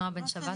נעה בן שבת,